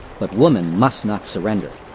but woman must not surrender.